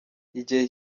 igihe